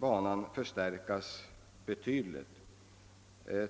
banan förstärkas betydligt.